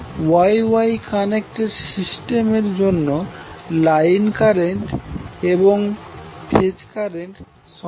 Y Y connected সিস্টেমের জন্য line current এবং ফজে কারেন্ট সমান